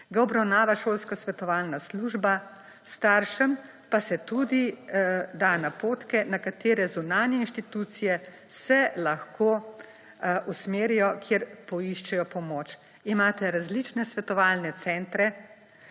ga obravnava šolska svetovalna služba, staršem pa se tudi da napotke, na katere zunanje inštitucije se lahko usmerijo, kjer poiščejo pomoč. Imate različne svetovalne centre